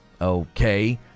okay